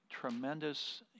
tremendous